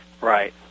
Right